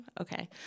Okay